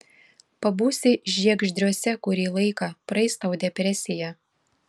pabūsi žiegždriuose kurį laiką praeis tau depresija